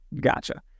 Gotcha